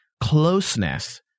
closeness